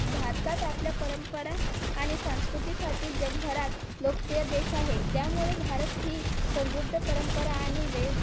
भारतात आपल्या परंपरा आणि संस्कृतीसाठी जगभरात लोकप्रिय देश आहे त्यामुळे भारत ही समृद्ध परंपरा आणि वे